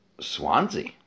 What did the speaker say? Swansea